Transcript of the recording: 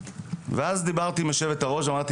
ואז דיברתי עם יושבת הראש ואמרתי,